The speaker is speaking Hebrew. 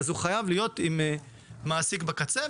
אז זה חייב להיות עם מעסיק בקצה,